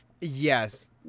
Yes